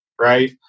right